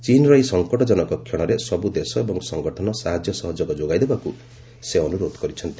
ଚୀନ୍ର ଏହି ସଙ୍କଟଜନକ କ୍ଷଣରେ ସବ୍ ଦେଶ ଏବଂ ସଙ୍ଗଠନ ସାହାଯ୍ୟ ସହଯୋଗ ଯୋଗାଇ ଦେବାକୁ ସେ ଅନୁରୋଧ କରିଛନ୍ତି